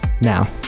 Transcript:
Now